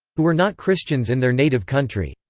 who were not christians in their native country.